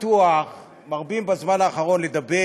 מרבים בזמן האחרון לדבר